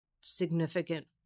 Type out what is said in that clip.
significant